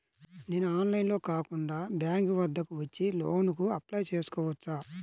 నేను ఆన్లైన్లో కాకుండా బ్యాంక్ వద్దకు వచ్చి లోన్ కు అప్లై చేసుకోవచ్చా?